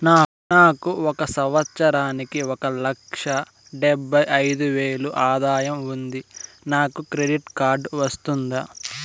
నాకు ఒక సంవత్సరానికి ఒక లక్ష డెబ్బై అయిదు వేలు ఆదాయం ఉంది నాకు క్రెడిట్ కార్డు వస్తుందా?